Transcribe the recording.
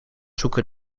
zoeken